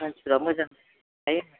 मानसिफ्रा मोजां